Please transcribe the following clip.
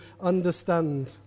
understand